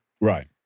Right